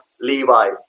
Levi